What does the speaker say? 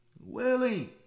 willing